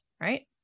right